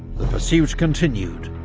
the pursuit continued,